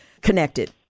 connected